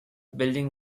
building